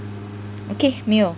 okay 没有